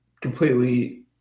completely